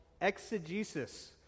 exegesis